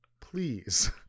please